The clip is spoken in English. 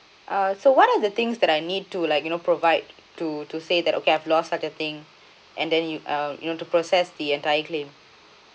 uh so what are the things that I need to like you know provide to to say that okay I've lost such the thing and then you uh you know to process the entire claim